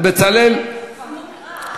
בצלאל, איך הוא נקרא?